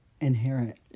inherent